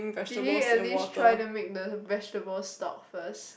did he at least try to make the vegetable stock first